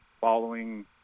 following